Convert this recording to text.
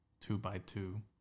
two-by-two